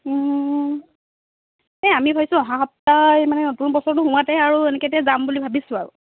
এই আমি ভাবিছোঁ অহা সপ্তাহ মানে নতুন বছৰতো সোমোৱাতে আৰু এনেকে এতিয়া যাম বুলি ভাবিছোঁ আৰু